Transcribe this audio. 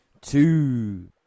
Two